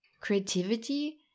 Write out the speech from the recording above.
creativity